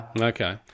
Okay